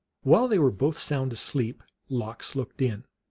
while they were both sound asleep lox looked in.